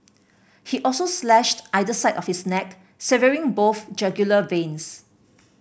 he also slashed either side of his neck severing both jugular veins